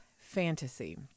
Fantasy